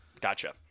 gotcha